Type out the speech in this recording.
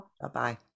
Bye-bye